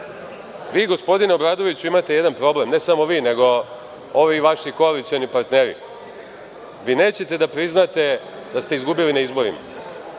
gospodine Obradoviću imate jedan problem, ne samo vi nego i ovi vaši koalicioni partneri, vi nećete da priznate da ste izgubili na izborima,